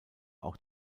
auch